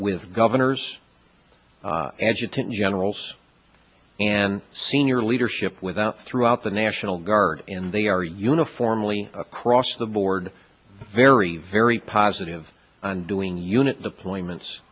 with governors adjutant general's and senior leadership without throughout the national guard and they are uniformly across the board very very positive on doing unit deployments